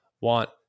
want